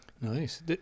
Nice